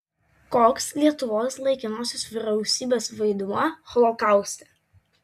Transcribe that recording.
koks lietuvos laikinosios vyriausybės vaidmuo holokauste